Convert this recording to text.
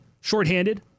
shorthanded